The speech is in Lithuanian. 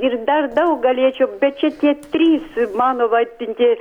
ir dar daug galėčiau bet šitie trys mano vardinti